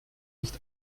nicht